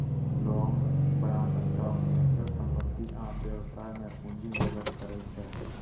लोग bond, stock, अचल संपत्ति आ व्यवसाय मे पूंजी निवेश करै छै